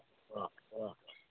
okay okay